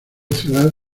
ciudad